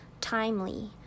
timely